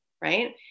right